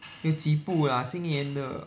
有几部 lah 今年的